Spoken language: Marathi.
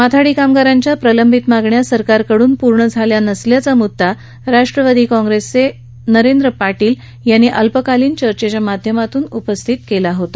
माथाडी कामगारांच्या प्रलंबित मागण्या सरकारकडून पूर्ण झाल्या नसल्याचा मुद्दा राष्ट्रवादी काँप्रिसचे नरेंद्र पाटील यांनी अल्पकालीन चर्चेच्या माध्यमातून उपस्थित केला होता